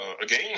again